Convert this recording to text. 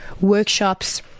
workshops